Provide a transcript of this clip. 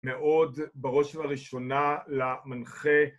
מאוד בראש ובראשונה למנחה